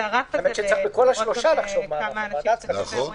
בכל השלושה צריך לחשוב מה הוא הרף.